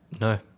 No